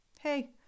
Hey